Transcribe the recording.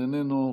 איננו,